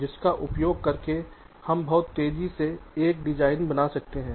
जिसका उपयोग करके आप बहुत तेजी से एक डिज़ाइन बना सकते हैं